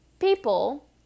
People